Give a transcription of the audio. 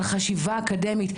על חשיבה אקדמית.